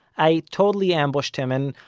i totally ambushed him, and,